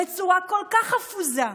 בצורה כל כך חפוזה,